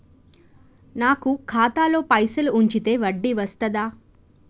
నాకు ఖాతాలో పైసలు ఉంచితే వడ్డీ వస్తదా?